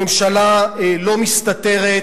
הממשלה לא מסתתרת,